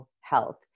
health